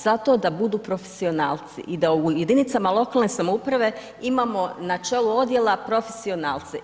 Zato da budu profesionalci i da u jedinicama lokalne samouprave imamo na čelu odjela profesionalce.